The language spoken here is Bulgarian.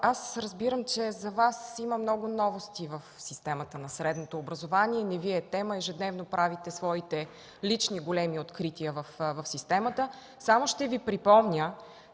разбирам, че за Вас има много новости в системата на средното образование. Не Ви е тема. Ежедневно правите своите лични големи открития в системата. Само ще Ви припомня,